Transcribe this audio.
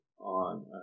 on